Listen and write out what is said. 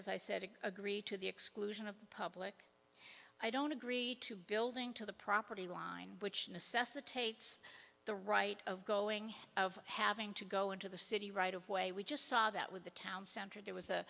as i said agree to the exclusion of the public i don't agree to building to the property line which necessitates the right of going of having to go into the city right of way we just saw that with the town center there was